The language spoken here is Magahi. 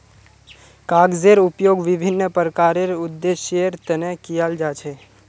कागजेर उपयोग विभिन्न प्रकारेर उद्देश्येर तने कियाल जा छे